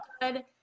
good